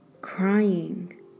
Crying